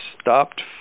stopped